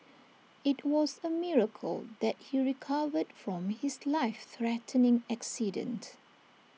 IT was A miracle that he recovered from his life threatening accident